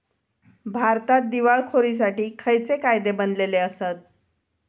भारतात दिवाळखोरीसाठी खयचे कायदे बनलले आसत?